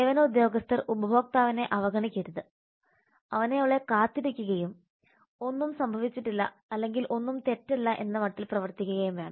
സേവന ഉദ്യോഗസ്ഥർ ഉപഭോക്താവിനെ അവഗണിക്കരുത് അവനെഅവളെ കാത്തിരിക്കുകയും ഒന്നും സംഭവിച്ചിട്ടില്ല അല്ലെങ്കിൽ ഒന്നും തെറ്റല്ല എന്ന മട്ടിൽ പ്രവർത്തിക്കുകയും വേണം